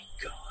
God